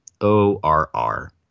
O-R-R